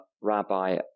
rabbi